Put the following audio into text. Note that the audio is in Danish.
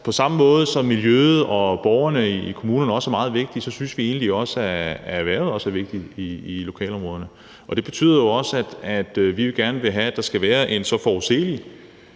på samme måde som miljøet og borgerne i kommunerne er meget vigtige, synes vi egentlig også, at erhvervet er vigtigt i lokalområderne. Det betyder jo også, at vi gerne vil have, at det er – hvad